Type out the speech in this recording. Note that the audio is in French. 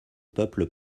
peuples